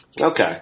Okay